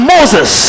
Moses